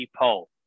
poll